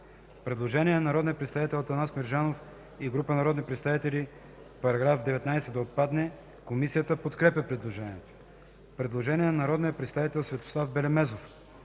предложение от народния представител Атанас Мерджанов и група народни представители § 44 да отпадне. Комисията не подкрепя предложението. Предложение от народния представител Светослав Белемезов: